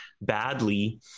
badly